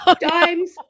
dimes